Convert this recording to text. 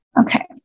Okay